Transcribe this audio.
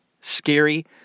Scary